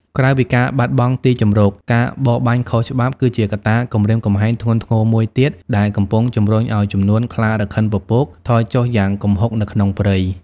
ក្រៅពីការបាត់បង់ទីជម្រក ការបរបាញ់ខុសច្បាប់ គឺជាកត្តាគំរាមកំហែងធ្ងន់ធ្ងរមួយទៀតដែលកំពុងជំរុញឲ្យចំនួនខ្លារខិនពពកថយចុះយ៉ាងគំហុកនៅក្នុងព្រៃ។